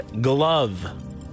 glove